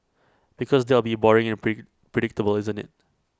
because that'll be boring and prig predictable isn't IT